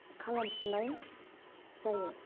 खालामफिन्नाय जायो